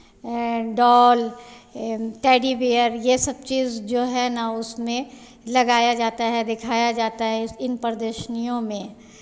doll teddy bear ये सब चीज़ जो है ना उसमें लगाया जाता है दिखाया जाता है इन प्रदर्शनियों में